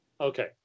okay